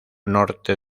norte